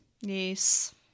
yes